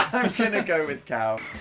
gonna go with cow